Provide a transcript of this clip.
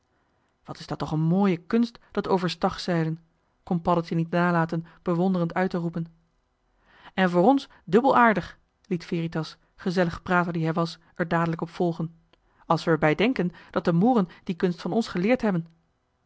wat is dat toch een mooie kunst dat overstagzeilen kon paddeltje niet nalaten bewonderend uit te roepen en voor ons dubbel aardig liet veritas gezellig prater die hij was er dadelijk op volgen als we er bij denken dat de mooren die kunst van ons geleerd hebben